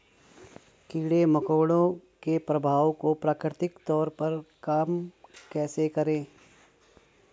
कीड़े मकोड़ों के प्रभाव को प्राकृतिक तौर पर कम कैसे करें?